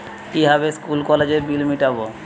কিভাবে স্কুল কলেজের বিল মিটাব?